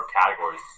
categories